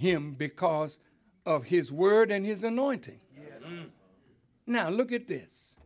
him because of his word and his annoying ting now look at this